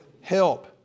help